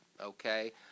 okay